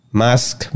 mask